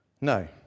No